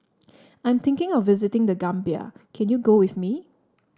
I am thinking of visiting The Gambia can you go with me